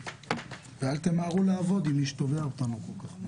ואל תמהרו לעבוד עם מי שתובע אותנו.